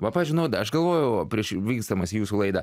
va pavydžiui nauda aš galvojau prieš vyksdamas į jūsų laidą